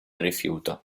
rifiuto